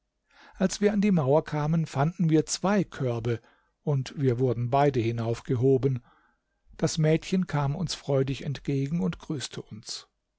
als wir an die mauer kamen fanden wir zwei körbe und wir wurden beide hinaufgehoben das mädchen kam uns freudig entgegen und grüßte uns